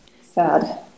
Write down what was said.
Sad